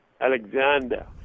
Alexander